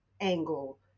angle